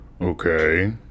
Okay